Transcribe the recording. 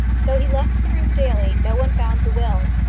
though he left the room daily, no one found the will.